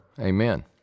Amen